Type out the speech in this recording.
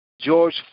George